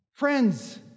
Friends